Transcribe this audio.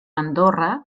andorra